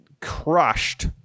crushed